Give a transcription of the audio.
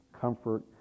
comfort